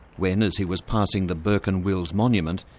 when, as he was passing the bourke and wills monument,